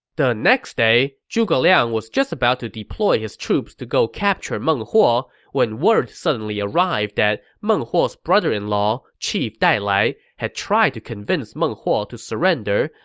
the next day, zhuge liang was just about to deploy his troops to go capture meng huo when word suddenly arrived that meng huo's brother-in-law, chief dailai, had tried to convince meng huo to surrender,